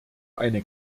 eine